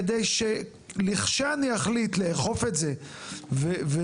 כדי שלכשאני אחליט לאכוף את זה ולבצע